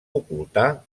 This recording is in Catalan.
ocultar